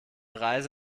reise